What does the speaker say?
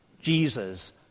Jesus